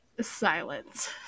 Silence